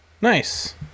Nice